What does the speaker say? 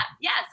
yes